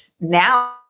now